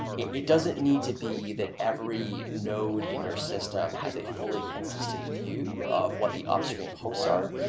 it it doesn't need to be that every node in your system has a fully consistent view of what the upstream hosts are,